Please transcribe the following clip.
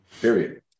Period